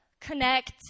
connect